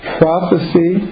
prophecy